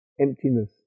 emptiness